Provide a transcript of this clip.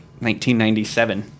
1997